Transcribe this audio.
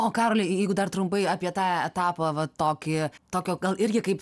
o karoli jeigu dar trumpai apie tą etapą vat tokį tokio gal irgi kaip